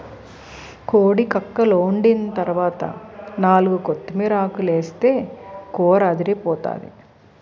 కోడి కక్కలోండిన తరవాత నాలుగు కొత్తిమీరాకులేస్తే కూరదిరిపోతాది